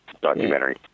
documentary